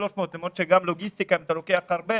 למרות שמבחינת לוגיסטיקה אם אתה לוקח הרבה